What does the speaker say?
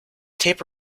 tape